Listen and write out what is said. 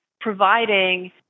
providing